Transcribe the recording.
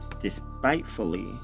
despitefully